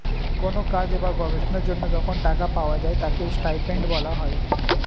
কোন কাজ বা গবেষণার জন্য যখন টাকা পাওয়া যায় তাকে স্টাইপেন্ড বলা হয়